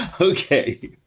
Okay